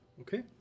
Okay